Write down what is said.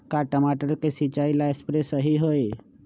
का टमाटर के सिचाई ला सप्रे सही होई?